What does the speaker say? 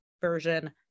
version